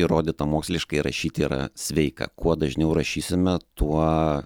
įrodyta moksliškai rašyti yra sveika kuo dažniau rašysime tuo